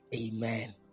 Amen